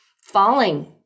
falling